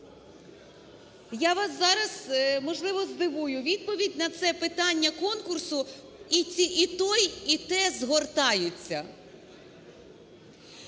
Я вас зараз, можливо, здивую. Відповідь на це питання конкурсу: і той, і те згортаються.